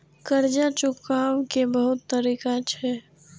कर्जा चुकाव के बहुत तरीका छै?